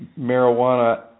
marijuana